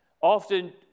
Often